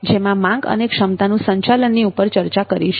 જેમાં માંગ અને ક્ષમતાનું સંચાલનની ઉપર ચર્ચા કરીશું